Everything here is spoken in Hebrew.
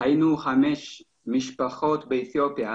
היינו חמש משפחות באתיופיה,